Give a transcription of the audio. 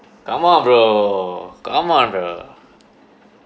come on bro come on bro